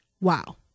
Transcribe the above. Wow